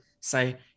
say